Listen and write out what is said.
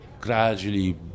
gradually